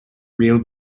real